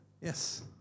Yes